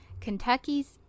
Kentucky's